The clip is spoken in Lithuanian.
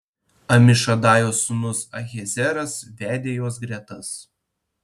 amišadajo sūnus ahiezeras vedė jos gretas